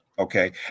Okay